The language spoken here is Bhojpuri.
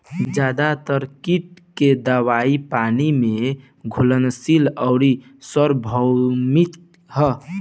ज्यादातर कीट के दवाई पानी में घुलनशील आउर सार्वभौमिक ह?